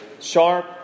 sharp